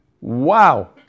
Wow